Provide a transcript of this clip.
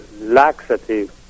laxative